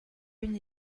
une